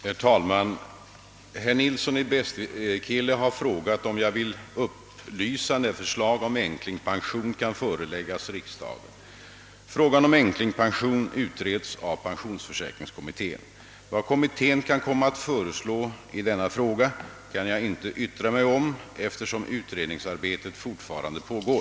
Herr talman! Herr Nilsson i Bästekille har frågat om jag vill upplysa när förslag om änklingspension kan föreläggas riksdagen. Frågan om änklingspension utreds av pensionsförsäkringskommittén. Vad kommittén kan komma att föreslå i denna fråga kan jag inte yttra mig om, eftersom utredningsarbetet fortfarande pågår.